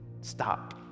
stop